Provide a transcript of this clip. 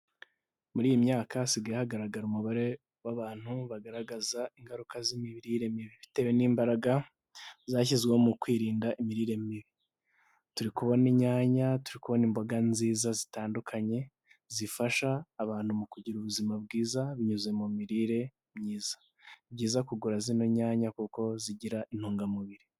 Muri iyi myaka hasigagaye hagaragara umubare w'abantu bagaragaza ingaruka z'imirire mibi bitewe n'imbaraga zashyizweho mu kwirinda imirire mibi, turi kubona inyanya turi kubona imboga nziza zitandukanye zifasha abantu mu kugira ubuzima bwiza binyuze mu mirire myiza, ni byiza kugura zino nyanya kuko zino nyanya kuko zigira intungamubiri.